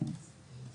במקום